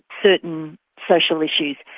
certain social issues.